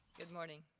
good morning.